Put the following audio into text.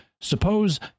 suppose